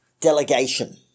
delegation